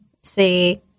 see